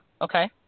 okay